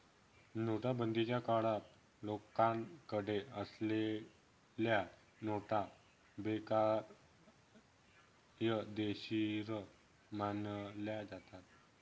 नोटाबंदीच्या काळात लोकांकडे असलेल्या नोटा बेकायदेशीर मानल्या जातात